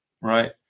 Right